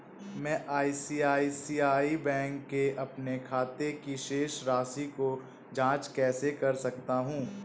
मैं ICICI bank के अपने खाते की शेष राशि की जाँच कैसे कर सकता हूँ?